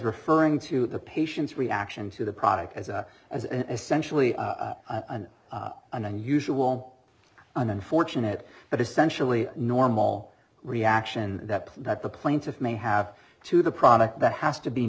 referring to the patient's reaction to the product as a as an essentially an unusual an unfortunate but essentially normal reaction that that the plaintiff may have to the product that has to be